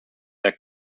their